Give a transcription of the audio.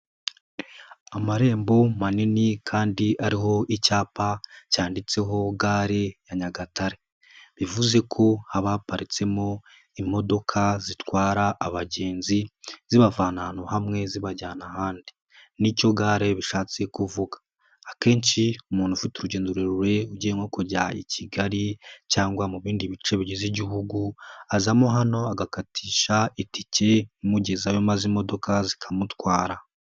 Amarembo manini kandi ariho icyapa cyanditseho Gare ya Nyagatare, bivuze ko haba haparitsemo imodoka zitwara abagenzi zibavana ahantu hamwe zibajyana ahandi ni cyo Gare bishatse kuvuga. Akenshi umuntu ufite urugendo rurerure ugiye nko kujya i Kigali cyangwa mu bindi bice bigize igihugu azamo hano agakatisha itike imugezayo maze imodoka zikamutwara.